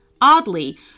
Oddly